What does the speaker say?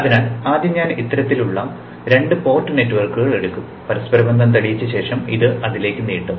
അതിനാൽ ആദ്യം ഞാൻ ഇത്തരത്തിലുള്ള രണ്ട് പോർട്ട് നെറ്റ്വർക്കുകൾ എടുക്കും പരസ്പരബന്ധം തെളിയിച്ച ശേഷം അത് അതിലേക്ക് നീട്ടും